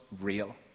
real